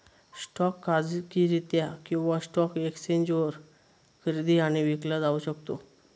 stock खाजगीरित्या किंवा stock एक्सचेंजवर खरेदी आणि विकला जाऊ शकता